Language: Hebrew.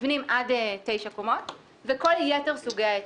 מבנים עד 9 קומות וכל יתר סוגי ההיתרים.